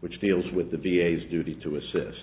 which deals with the v a s duties to assist